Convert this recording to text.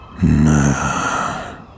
No